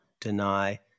deny